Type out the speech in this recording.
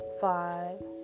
five